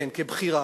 לבחירה.